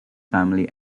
family